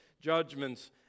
judgments